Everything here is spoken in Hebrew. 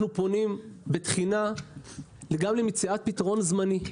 פונים בתחינה גם למציאת פתרון זמני.